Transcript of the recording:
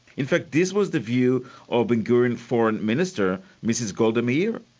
in fact this was the view of ben gurion's foreign minister, mrs golda meir.